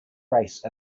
race